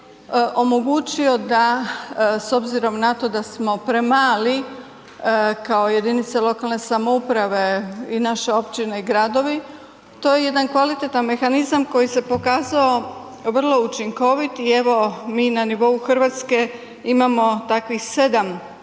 omogućio da, s obzirom na to da smo premali kao jedinice lokalne samouprave i naše općine i gradovi, to je jedan kvalitetan mehanizam koji se pokazao vrlo učinkovit i evo, mi na nivou Hrvatske imamo takvih 7 lokacija